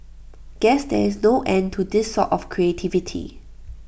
guess there is no end to this sort of creativity